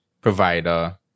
Provider